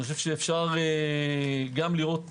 אפשר גם לראות